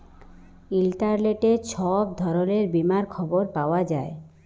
ইলটারলেটে ছব ধরলের বীমার খবর পাউয়া যায়